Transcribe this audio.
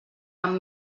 amb